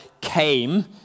came